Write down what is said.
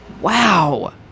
Wow